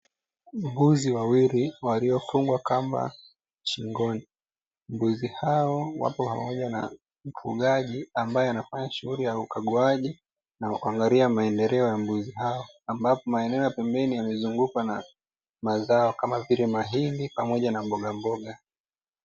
Mbuzi wawili waliofungwa kamba shingoni. Mbuzi hao wako pamoja na mfugaji ambae anafanya shughuli ya ukaguaji na kuangalia maendeleo ya mbuzi hao, ambapo maeneo ya pembeni yamaezungukwa na mazao kama vile mahindi pamoja na mboga mboga.